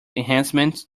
enhancement